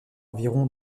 environ